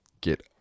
get